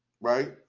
right